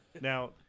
Now